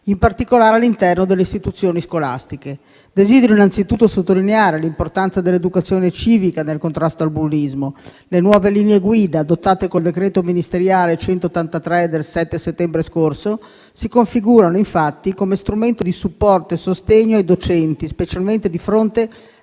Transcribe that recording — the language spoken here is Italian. in particolare all'interno delle istituzioni scolastiche. Desidero innanzitutto sottolineare l'importanza dell'educazione civica nel contrasto al bullismo. Le nuove linee guida adottate con decreto ministeriale n. 183 del 7 settembre scorso si configurano, infatti, come strumento di supporto e sostegno ai docenti, specialmente di fronte